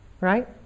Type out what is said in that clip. Right